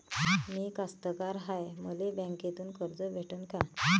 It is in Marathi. मी कास्तकार हाय, मले बँकेतून कर्ज भेटन का?